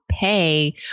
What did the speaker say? pay